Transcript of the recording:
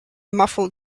muffled